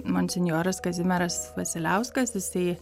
monsinjoras kazimieras vasiliauskas jisai